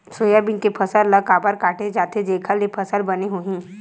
Soybean के फसल ल काबर काटे जाथे जेखर ले फसल बने होही?